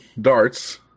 darts